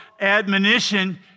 admonition